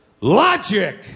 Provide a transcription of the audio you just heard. logic